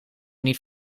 niet